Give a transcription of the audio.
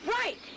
Right